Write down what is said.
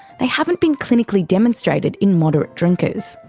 they haven't been clinically demonstrated in moderate drinkers.